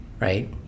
right